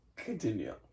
Continue